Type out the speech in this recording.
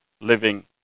living